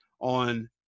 on